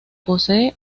posee